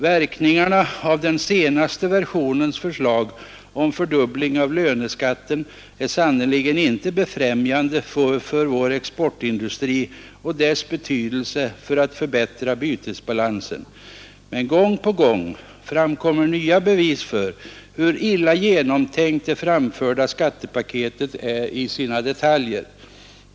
Verkningarna av den senaste versionens förslag om fördubbling av löneskatten är sannerligen inte befrämjande för vår exportindustri och dess betydelse för att förbättra bytesbalansen. Men gång på gång framkommer nya bevis för hur illa genomtänkt det framförda skattepaketet är i sina detaljer.